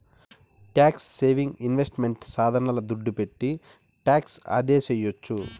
tax saving investment సాధనాల దుడ్డు పెట్టి టాక్స్ ఆదాసేయొచ్చు